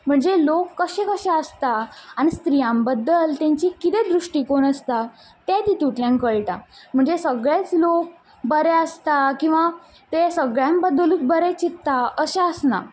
म्हणजे लोक कशें आसता आनी स्त्रियां बद्दल तेंची कितें दृश्टीकोन कितें आसता ते तितूंतल्यान कळटा म्हणजे सगळेच लोक बऱ्या आसतात किंवां ते सगळ्या बद्दलूच बरें चिंतता अशें आसना